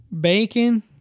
bacon